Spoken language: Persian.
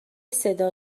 صدا